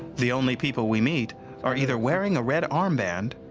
the only people we meet are either wearing a red armband,